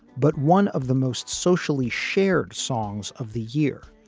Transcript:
but one of the most socially shared songs of the year.